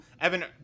Evan